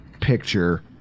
picture